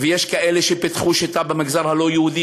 ויש כאלה שפיתחו שיטה במגזר הלא-יהודי,